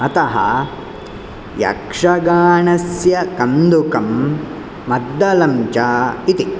अतः यक्षगानस्य कन्दुकं मद्दलं च इति